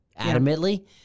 adamantly